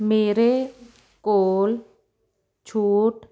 ਮੇਰੇ ਕੋਲ ਛੂਟ